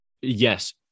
yes